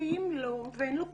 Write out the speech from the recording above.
ואם לא, ואין לו כסף,